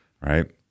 right